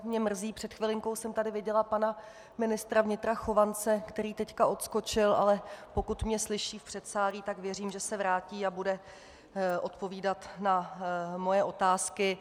Mě mrzí, před chvilinkou jsem tady viděla pana ministra vnitra Chovance, který teď odskočil, ale pokud mě slyší v předsálí, tak věřím, že se vrátí a bude odpovídat na moje otázky.